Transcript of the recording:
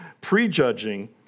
prejudging